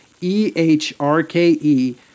E-H-R-K-E